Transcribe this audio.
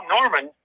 Norman